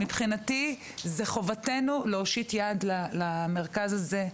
מבחינתי זה חובתנו להושיט יד למרכז הזה.